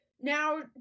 now